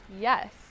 yes